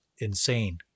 insane